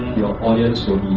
audience will